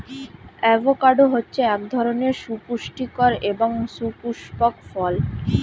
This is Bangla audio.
অ্যাভোকাডো হচ্ছে এক ধরনের সুপুস্টিকর এবং সুপুস্পক ফল